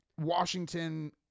Washington